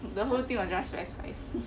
the whole thing was just very spicy